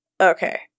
Okay